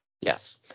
yes